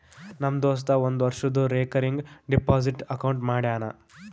ನಮ್ ದೋಸ್ತ ಒಂದ್ ವರ್ಷದು ರೇಕರಿಂಗ್ ಡೆಪೋಸಿಟ್ ಅಕೌಂಟ್ ಮಾಡ್ಯಾನ